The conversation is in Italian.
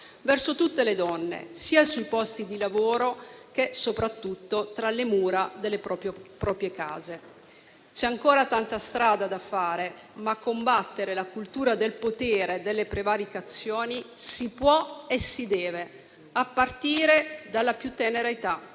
verso tutte le donne, sia sui posti di lavoro, che soprattutto tra le mura delle proprie case. C'è ancora tanta strada da fare, ma combattere la cultura del potere e delle prevaricazioni si può e si deve, a partire dalla più tenera età,